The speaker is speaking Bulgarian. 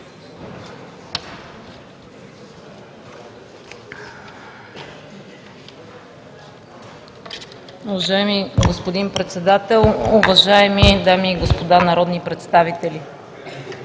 Уважаеми господин Председател, уважаеми дами и господа народни представители!